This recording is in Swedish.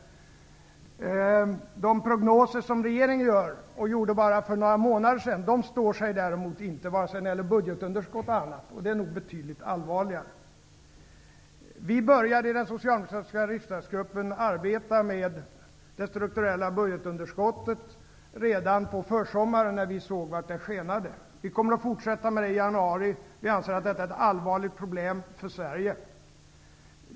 De prognoser som regeringen gör och gjorde för bara några månader sedan, står sig däremot inte, vare sig när det gäller budgetunderskott eller annat. Det är nog betydligt allvarligare. I den socialdemokratiska riksdagsgruppen började vi arbeta med det strukturella budgetunderskottet redan på försommaren när vi såg vart det skenade. Vi kommer att fortsätta med det i januari. Vi anser att detta är ett allvarligt problem för Sverige.